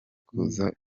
kuza